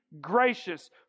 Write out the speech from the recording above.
gracious